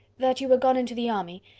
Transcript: that you were gone into the army,